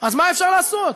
אז מה אפשר לעשות?